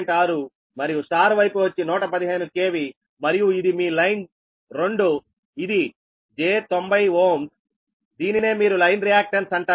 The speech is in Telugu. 6 మరియు Y వైపు వచ్చి 115 KV మరియు ఇది మీ లైన్ 2 ఇది j90 Ωదీనినే మీరు లైన్ రియాక్టన్స్ అంటారు